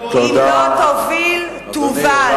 אם לא תוביל, תובל,